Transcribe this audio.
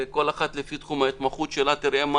ושכל אחת לפי תחום ההתמחות שלה תראה מה